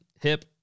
HIP